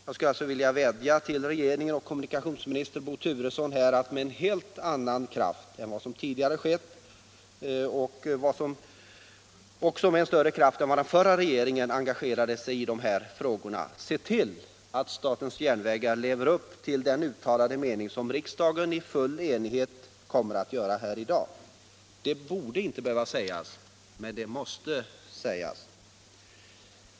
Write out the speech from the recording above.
Jag skulle alltså vilja vädja till regeringen och kommunikationsminister Bo Turesson att de med en helt annan kraft än hitintills — det gäller även den förra regeringens brist på engagemang i de här frågorna — ser till att statens järnvägar lever upp till den målsättning som riksdagen i full enighet kommer att uttala i dag. Det borde inte behöva sägas, men det måste sägas.